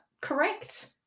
correct